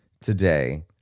today